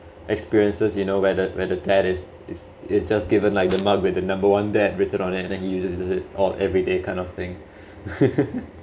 experiences you know where the where the dad is is given like the mug with the number one dad written on it and then he uses is it all everyday kind of thing